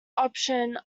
option